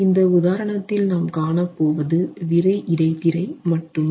இந்த உதாரணத்தில் நாம் காணப் போவது விறை இடைத்திரை மட்டுமே